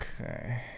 Okay